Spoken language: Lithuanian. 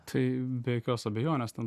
tai be jokios abejonės ten